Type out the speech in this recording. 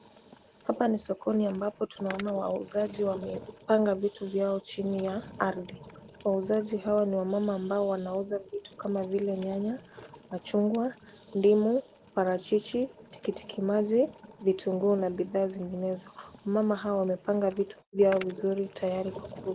Hapa ni sokoni ambapo tunaona wauzaji wamepanga vitu vyao chini ya ardhi. Wauzaji hawa ni wamama ambao wanauza vitu kama vile nyanya, machungwa, ndimi, parachichi, tikiti maji, vitunguu na bidhaa nyinginezo. Wamama hawa wamepanga vitu vyao vizuri, tayari kuuza.